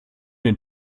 den